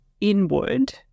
inward